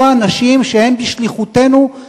ולא אנשים שהם בשליחותנו-שלנו,